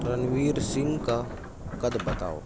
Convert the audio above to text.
رنویر سنگھ کا قد بتاؤ